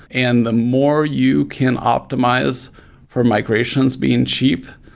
and the more you can optimize for migrations being cheap,